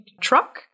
truck